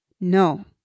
no